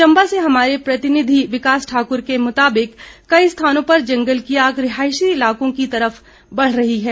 चम्बा से हमारे प्रतिनिधि विकास ठाक्र के मुताबिक कई स्थानों पर जंगल की आग रिहायशी इलाकों की तरफ बढ़ रही है